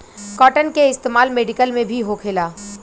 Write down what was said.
cotton के इस्तेमाल medical में भी होखेला